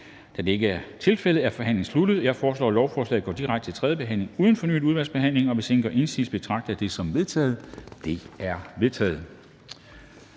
Da det ikke er tilfældet, er forhandlingen sluttet. Jeg foreslår, at lovforslaget går direkte til tredje behandling uden fornyet udvalgsbehandling. Hvis ingen gør indsigelse, betragter jeg det som vedtaget. Det er vedtaget.